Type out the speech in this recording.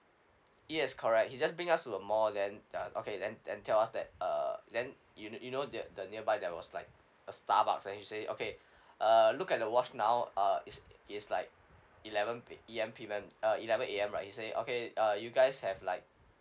yes correct he just bring us to the mall than the okay then then tell us that uh then you you know the the nearby there was like a starbucks and then he say okay uh look at the watch now uh it's it's like eleven A_M P_M uh eleven A_M right he say uh you guys have like